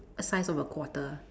a size of a quarter